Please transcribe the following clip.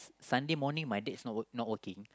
Sunday morning my dad's not not working